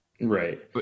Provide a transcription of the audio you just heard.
right